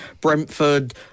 Brentford